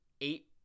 eight